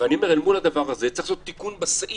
ואני אומר: מול הדבר הזה צריך לעשות תיקון בסעיף.